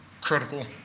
critical